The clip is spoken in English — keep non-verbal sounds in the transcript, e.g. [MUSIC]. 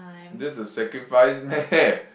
that's a sacrifice meh [LAUGHS]